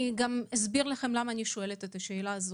אני אסביר למה אני שואלת את השאלה הזאת,